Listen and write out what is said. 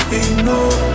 ignore